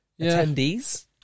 attendees